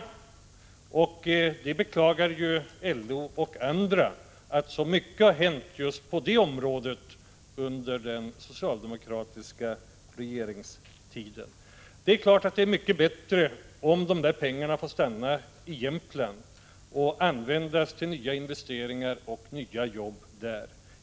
LO och andra beklagar att aktiekurserna har stigit så starkt under den socialdemokratiska regeringstiden. Det är klart att det är mycket bättre om de pengarna i stället får stanna i Jämtland och användas till nya investeringar och nya jobb där.